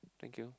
thank you